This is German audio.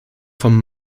vom